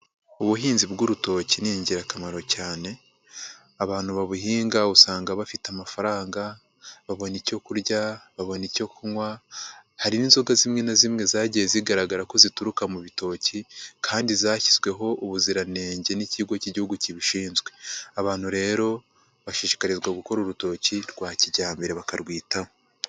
Ubuhinzi bw'urutoki ni ingirakamaro cyane, abantu babuhinga usanga bafite amafaranga. Babona icyo kurya, babona icyo kunywa, hari n'inzoga zimwe na zimwe zagiye zigaragara ko zituruka mu bitoki, kandi zashyizweho ubuziranenge n'ikigo cy'Igihugu kibishinzwe. Abantu rero bashishikarizwa gukora urutoki rwa kijyambere bakarwitaho.